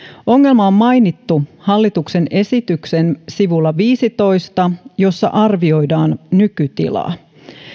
ongelma on mainittu hallituksen esityksen sivulla viisitoista jossa arvioidaan nykytilaa